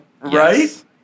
Right